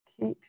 Keep